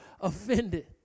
offended